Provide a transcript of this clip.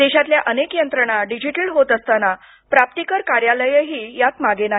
देशातल्या अनेक यंत्रणा डिजिटल होत असताना प्राप्तीकर कार्यालयही यात मागे नाही